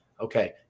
Okay